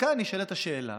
כאן נשאלת השאלה